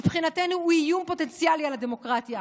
מבחינתנו הוא איום פוטנציאלי על הדמוקרטיה,